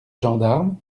gendarmes